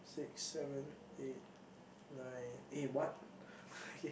six seven eight nine eh what